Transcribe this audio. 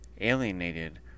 alienated